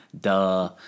duh